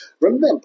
remember